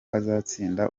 azatsinda